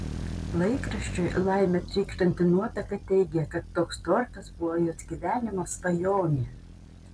laikraščiui laime trykštanti nuotaka teigė kad toks tortas buvo jos gyvenimo svajonė